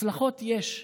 הצלחות יש.